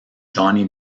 johnny